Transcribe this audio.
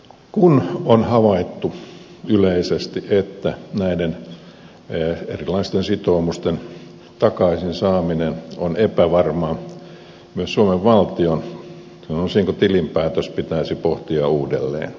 kun on havaittu yleisesti että näiden erilaisten sitoumusten takaisinsaaminen on epävarmaa myös suomen valtion sanoisinko tilinpäätös pitäisi pohtia uudelleen